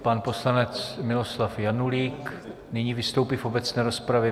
Pan poslanec Miloslav Janulík nyní vystoupí v obecné rozpravě.